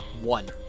One